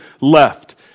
left